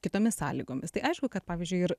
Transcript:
kitomis sąlygomis tai aišku kad pavyzdžiui ir